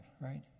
right